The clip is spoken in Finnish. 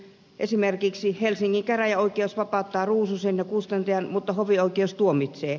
esimerkiksi helsingin käräjäoikeus vapauttaa ruususen ja kustantajan mutta hovioikeus tuomitsee